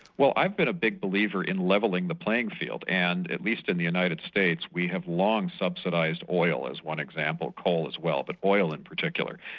well i've been a big believer in levelling the playing field, and at least in the united states, we have long subsidised oil as one example, coal as well, but oil in particular,